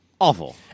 awful